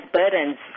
burdens